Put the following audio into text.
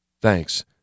Thanks